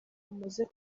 amaze